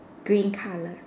green colour